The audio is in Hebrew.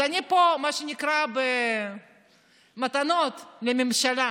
אני פה, מה שנקרא, במתנות לממשלה: